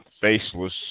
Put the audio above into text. faceless